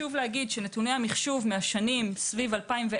נתוני המחשוב מהשנים סביב 2010